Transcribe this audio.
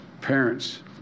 parents